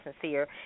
sincere